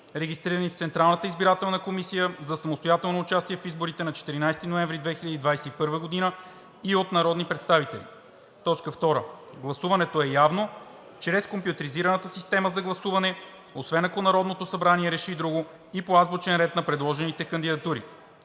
регистрирани в Централната избирателна комисия за самостоятелно участие в изборите на 14 ноември 2021 г., и от народни представители. 2. Гласуването е явно чрез компютризираната система за гласуване, освен ако Народното събрание реши друго, и по азбучен ред на предложените кандидатури.